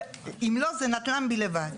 ואם לא, זה נדל"ן בלבד.